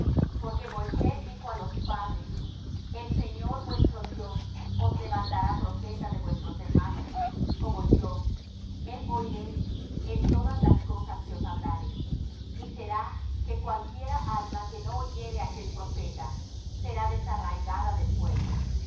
porque moisés dijo á los padres el señor vuestro dios os levantará profeta de vuestros hermanos como yo á él oiréis en todas las cosas que os hablare y será que cualquiera alma que no oyere á aquel profeta será desarraigada del pueblo